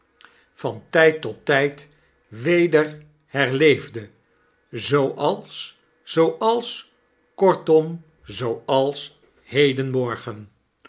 van mary's huwelijk tijd tot tijd weder herleefde zooals zooals kortom zooals hedenmorgen